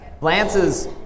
Lance's